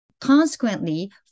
Consequently